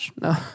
no